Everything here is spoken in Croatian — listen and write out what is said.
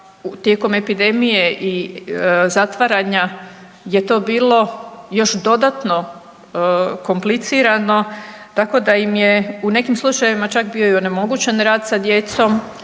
tijekom epidemije i zatvaranja je to bilo još dodatno komplicirano tako da im je u nekim slučajevima čak bio i onemogućen rad sa djecom